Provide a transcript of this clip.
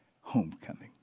homecoming